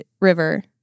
river